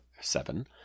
seven